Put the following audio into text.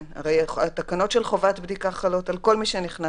הרי התקנות של חובת בדיקה חלות על כל מי שנכנס,